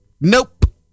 Nope